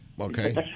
Okay